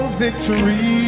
victory